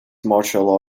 martial